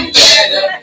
better